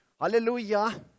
Hallelujah